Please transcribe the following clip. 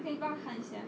可以帮我看一下